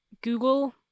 Google